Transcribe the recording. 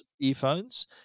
earphones